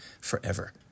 forever